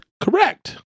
Correct